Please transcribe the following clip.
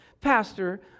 Pastor